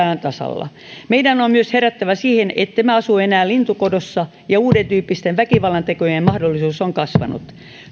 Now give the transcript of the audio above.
tasalla meidän on myös herättävä siihen ettemme asu enää lintukodossa ja uudentyyppisten väkivallantekojen mahdollisuus on kasvanut